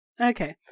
Okay